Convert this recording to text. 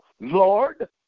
Lord